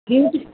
fuse